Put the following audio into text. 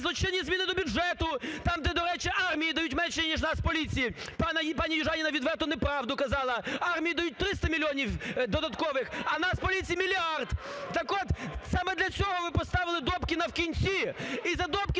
злочинні зміни до бюджету там, де, до речі, армії дають менше ніж Нацполіції. Пані Южаніна відверту неправду казала. Армії дають 300 мільйонів додаткових, а Нацполіції – мільярд. Так от саме для цього ви поставили Добкіна вкінці. І за Добкіна